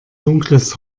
dunkles